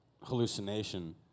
hallucination